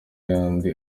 andi